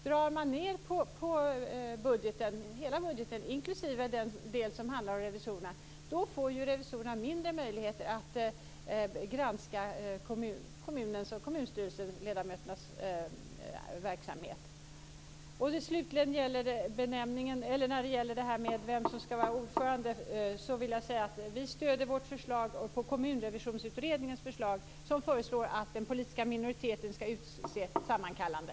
Drar man ned på hela budgeten, inklusive den del som handlar om revisorerna, får ju revisorerna mindre möjligheter att granska kommunstyrelseledamöternas verksamhet. När det slutligen gäller frågan om vem som skall vara ordförande stöder vi vårt förslag på Kommunrevisionsutredningens förslag, som föreslår att den politiska minoriteten skall utse sammankallande.